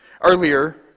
Earlier